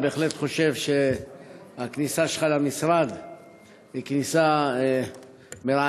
אני בהחלט חושב שהכניסה שלך למשרד היא כניסה מרעננת,